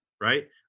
right